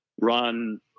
run